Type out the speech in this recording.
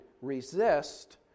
resist